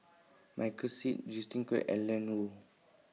Michael Seet Justin Quek and Lan Woo